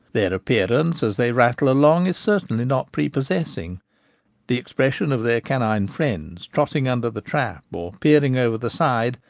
their appearance as they rattle along is certainly not prepossessing the expression of their canine friends trotting under the trap, or peer ing over the side,